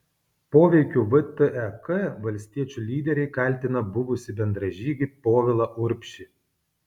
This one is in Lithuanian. poveikiu vtek valstiečių lyderiai kaltina buvusį bendražygį povilą urbšį